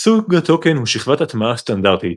סוג הטוקן הוא שכבת הטמעה סטנדרטית,